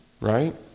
right